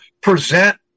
present